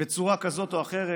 בצורה כזאת או אחרת.